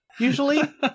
Usually